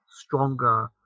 stronger